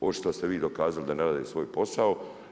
Ovo što ste vi dokazali da ne rade svoj posao.